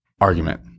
argument